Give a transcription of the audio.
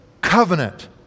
covenant